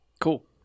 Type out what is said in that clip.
Cool